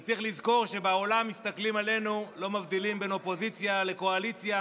צריך לזכור שבעולם מסתכלים עלינו ולא מבדילים בין אופוזיציה לקואליציה,